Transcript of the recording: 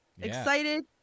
excited